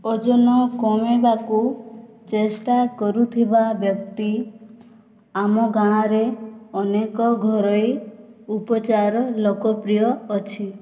ଓଜନ କମେଇବାକୁ ଚେଷ୍ଟା କରୁଥିବା ବ୍ୟକ୍ତି ଆମ ଗାଁରେ ଅନେକ ଘରୋଇ ଉପଚାର ଲୋକପ୍ରିୟ ଅଛି